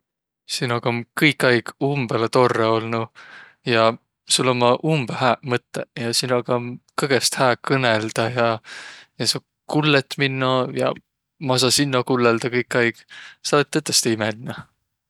Sinoga om kõikaig umbõlõ torrõ olnuq ja sul ummaq umbõlõ hääq mõttõq. Ja sinoga om kõgõst hää kõnõldaq ja saq kullõt minno ja maq saa sinno kullõldaq kõikaig. Saq olõt tõtõstõ imeline!